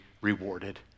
rewarded